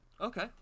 Okay